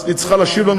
ולהשיב,